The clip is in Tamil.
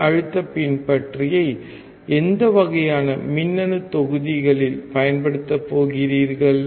மின்னழுத்த பின்பற்றியை எந்த வகையான மின்னணு தொகுதிகளில் பயன்படுத்தப் போகிறீர்கள்